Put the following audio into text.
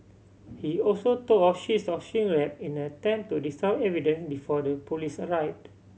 he also tore off sheets of shrink wrap in an attempt to destroy evidence before the police arrived